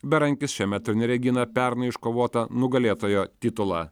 berankis šiame turnyre gina pernai iškovotą nugalėtojo titulą